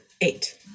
eight